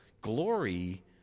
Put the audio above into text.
glory